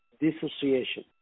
dissociation